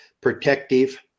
protective